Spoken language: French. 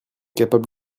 capable